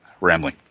rambling